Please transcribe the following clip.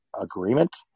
agreement